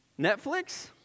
Netflix